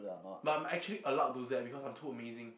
but I'm actually allowed to do that because I'm too amazing